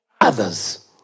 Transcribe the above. others